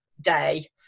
day